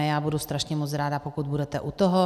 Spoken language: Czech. Já budu strašně moc ráda, pokud budete u toho.